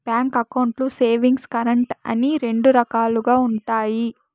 bank అకౌంట్లు savings, current అని రెండు రకాలుగా ఉంటాయి